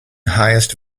highest